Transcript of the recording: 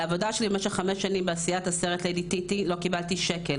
על העבודה שלי במשך חמש שנים בעשיית הסרט ליידי טיטי לא קיבלתי שקל,